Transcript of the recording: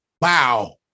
Wow